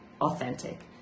authentic